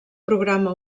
programa